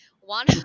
One